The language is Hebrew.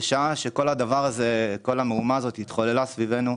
בשעה שכל המהומה הזאת התחוללה סביבנו,